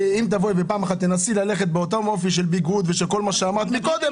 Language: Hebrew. אם תנסי ללכת פעם באותו --- של ביגוד ושל כל מה שאמרת מקודם,